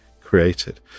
created